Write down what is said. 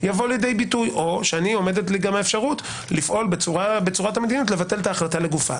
יבוא לידי ביטוי או שאני עומדת לי האפשרות לבטל את ההחלטה לגופה.